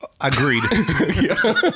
Agreed